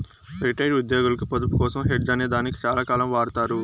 retired ఉద్యోగులకు పొదుపు కోసం హెడ్జ్ అనే దాన్ని చాలాకాలం వాడతారు